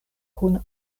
kun